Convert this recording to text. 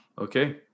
Okay